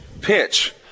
pitch